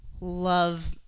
love